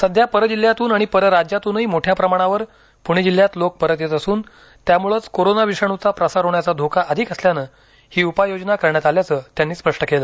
सध्या परजिल्ह्यातून आणि परराज्यातूनही मोठ्या प्रमाणावर पुणे जिल्ह्यात लोक परत येत असून त्यामुळंच कोरोना विषाणूचा प्रसार होण्याचा धोका अधिक असल्यानं ही उपाय योजना करण्यात आल्याचं त्यांनी स्पष्ट केलं